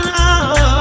love